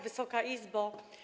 Wysoka Izbo!